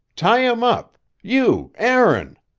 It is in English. tie him up you aaron.